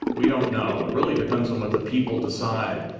we don't know. it really depends on what the people decide,